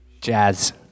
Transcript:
jazz